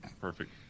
Perfect